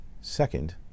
Second